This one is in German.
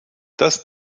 das